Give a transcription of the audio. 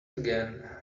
again